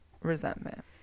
resentment